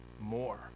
more